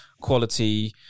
quality